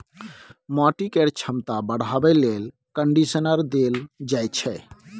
माटि केर छमता बढ़ाबे लेल कंडीशनर देल जाइ छै